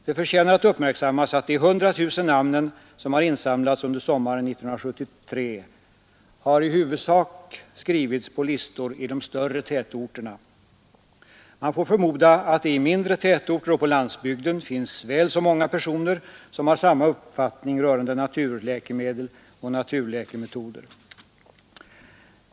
Det förtjänar att uppmärksammas, att de 100 000 namnen, som har insamlats under sommaren 1973, i huvudsak har skrivits på listor i de större tätorterna. Man får förmoda att det i mindre tätorter och på landsbygden finns väl så många personer som har samma uppfattning rörande naturläkemedel och naturläkemetoder.